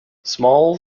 small